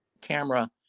camera